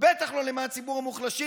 בטח לא למען ציבור המוחלשים.